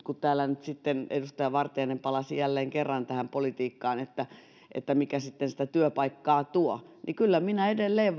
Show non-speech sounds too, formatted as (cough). (unintelligible) kun täällä edustaja vartiainen palasi jälleen kerran tähän politiikkaan mikä sitä työpaikkaa tuo niin kyllä minun on edelleen (unintelligible)